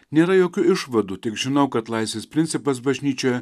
nėra jokių išvadų tik žinau kad laisvės principas bažnyčioje